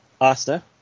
Asta